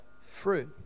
fruit